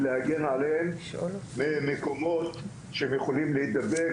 להגן עליהם במקומות שהם יכולים להידבק,